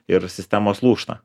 ir sistemos lūšta